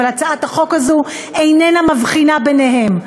אבל הצעת החוק הזאת איננה מבחינה ביניהם,